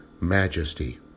majesty